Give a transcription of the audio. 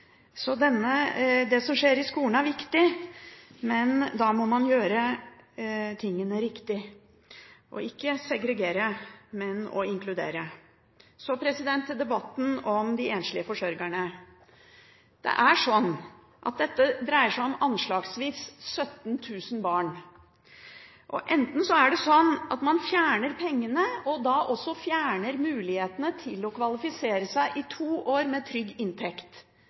Så til debatten om de enslige forsørgerne. Det er sånn at dette dreier seg om anslagsvis 17 000 barn. Man fjerner pengene, og da fjerner man også mulighetene til å kvalifisere seg i to år med trygg inntekt